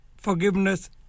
forgiveness